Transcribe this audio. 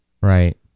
Right